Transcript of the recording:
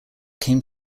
came